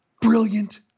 brilliant